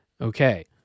Okay